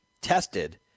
tested –